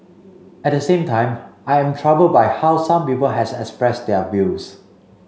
at the same time I am troubled by how some people has expressed their views